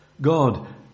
God